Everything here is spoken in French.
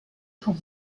pour